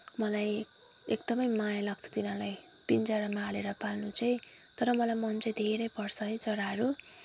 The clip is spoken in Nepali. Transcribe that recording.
मलाई एकदमै माया लाग्छ तिनीहरूलाई पिँजडामा हालेर पाल्नु चाहिँ तर मलाई मन चाहिँ धेरै पर्छ है चराहरू